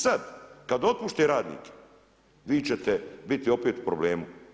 Sad, kad otpuste radnike, vi ćete biti opet u problemu.